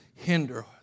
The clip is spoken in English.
Hinder